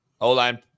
O-line